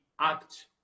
act